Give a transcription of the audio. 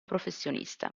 professionista